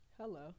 Hello